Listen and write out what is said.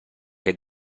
che